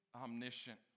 Omniscient